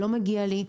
לא מגיע לי.